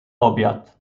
obiad